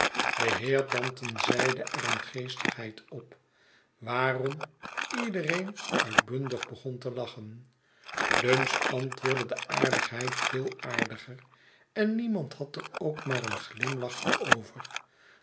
de heer danton zeide er een geestigheid op waarom iedereen uitbundig begon te lachen dumps beantwoordde de aardigheid veel aardiger en niemand had er ook maar een glimlach